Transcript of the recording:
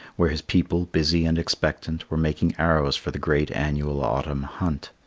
where his people, busy and expectant, were making arrows for the great annual autumn hunt,